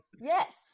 Yes